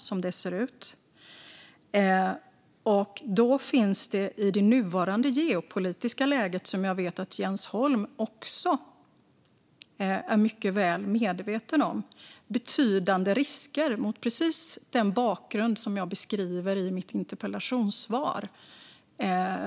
Som jag vet att Jens Holm är mycket väl medveten om finns det i det nuvarande geopolitiska läget betydande risker mot den bakgrund som jag beskrev i mitt interpellationssvar.